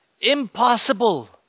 Impossible